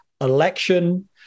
election